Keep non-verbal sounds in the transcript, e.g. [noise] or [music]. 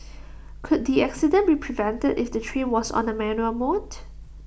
[noise] could the accident be prevented if the train was on A manual mode